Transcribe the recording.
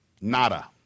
nada